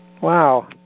Wow